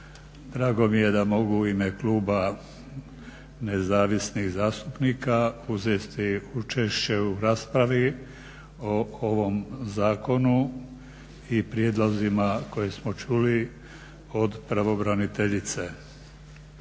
Drago mi je da mogu u ime kluba nezavisnih zastupnika uzeti učešće u raspravi o ovom zakonu i prijedlozima koje smo čuli od pravobraniteljice.